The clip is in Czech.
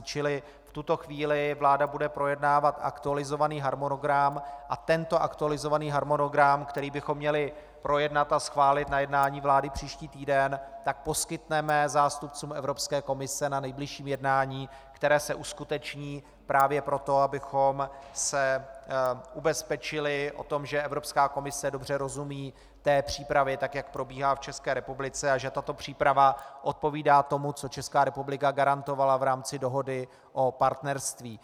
Čili v tuto chvíli vláda bude projednávat aktualizovaný harmonogram a tento aktualizovaný harmonogram, který bychom měli projednat a schválit na jednání vlády příští týden, poskytneme zástupcům Evropské komise na nejbližším jednání, které se uskuteční právě proto, abychom se ubezpečili o tom, že Evropská komise dobře rozumí té přípravě, jak probíhá v České republice, a že tato příprava odpovídá tomu, co Česká republika garantovala v rámci dohody o partnerství.